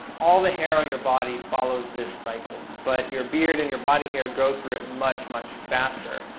all the hair on your body follows this cycle, but your beard and your body hair grow through it much much faster,